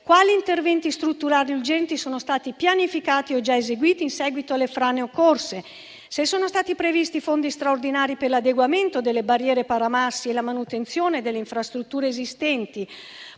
quali interventi strutturali urgenti sono stati pianificati o già eseguiti in seguito alle frane occorse; se sono stati previsti fondi straordinari per l'adeguamento delle barriere paramassi e la manutenzione delle infrastrutture esistenti;